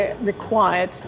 required